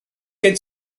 gen